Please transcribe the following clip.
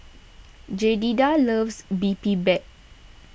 Jedidiah loves Bibimbap